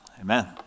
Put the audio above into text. amen